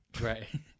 Right